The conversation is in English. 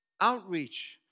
Outreach